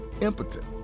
impotent